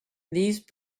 these